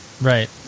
Right